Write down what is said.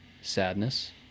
sadness